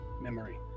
memory